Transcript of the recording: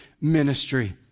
ministry